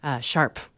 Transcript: Sharp